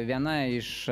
viena iš